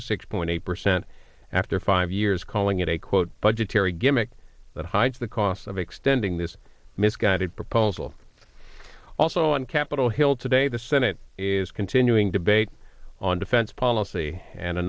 to six point eight percent after five years calling it a quote budgetary gimmick that hides the costs of extending this misguided proposal also on capitol hill today the senate is continuing debate on defense policy and a